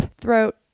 throat